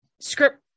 Script